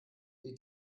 die